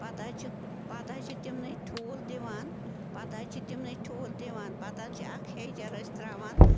پتہٕ حظ چھِ پَتہٕ حظ چھِ تِمنٕے ٹھوٗل دِوان پَتہٕ حظ چھِ تِمنٕے ٹھوٗل دِوان پتہٕ حظ چھِ اَکھ ہیچَر أسۍ ترٛاوان